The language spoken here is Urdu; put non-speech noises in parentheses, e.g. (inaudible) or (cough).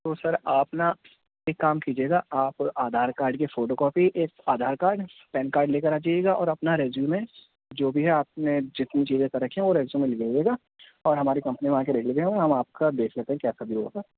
تو سر آپ نہ ایک کام کیجیے گا آپ آدھار کارڈ کے فوٹو کاپی ایک آدھار کارڈ پین کارڈ لے کر آ جائیے گا اور اپنا ریزیوم میں جو بھی ہے آپ نے جتنی چیزیں کر رکھی ہیں وہ ریزیوم میں لکھ لیجیے گا اور ہماری کمپنی میں آ کے (unintelligible) ہم آپ کا دیکھ لیتے ہیں کیا کبھی ہوگا